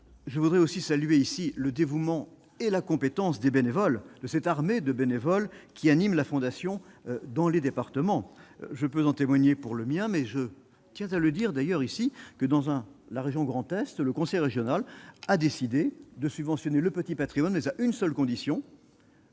je voudrais aussi saluer ici le dévouement et la compétence des bénévoles de cette armée de bénévoles qui animent la fondation dans les départements, je peux en témoigner pour le mien mais je tient à le dire d'ailleurs ici que dans un la région Grand-Est, le conseil régional a décidé de subventionner le petit Patrimoine les à une seule condition.